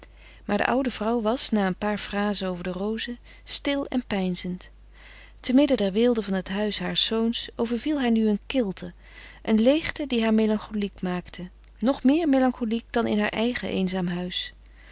maar de oude vrouw was na een paar frazen over de rozen stil en peinzend te midden der weelde van het huis haars zoons overviel haar nu een kilte een leêgte die haar melancholiek maakte nog meer melancholiek dan in haar eigen eenzaam huis